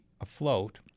afloat